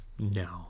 no